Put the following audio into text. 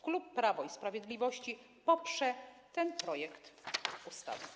Klub Prawo i Sprawiedliwość poprze ten projekt ustawy.